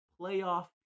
playoff